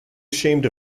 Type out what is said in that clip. ashamed